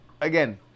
again